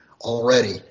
already